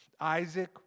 Isaac